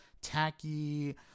Tacky